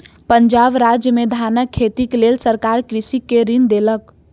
पंजाब राज्य में धानक खेतीक लेल सरकार कृषक के ऋण देलक